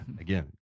again